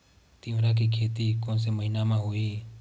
तीवरा के खेती कोन से महिना म होही?